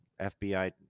FBI